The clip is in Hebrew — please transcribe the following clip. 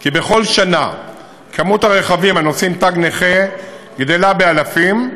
כי בכל שנה מספר הרכבים הנושאים תג נכה גדל באלפים,